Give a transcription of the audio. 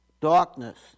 darkness